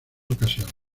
ocasiones